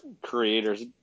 creators